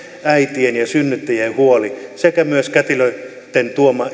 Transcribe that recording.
äitien ja synnyttäjien sekä myös kätilöitten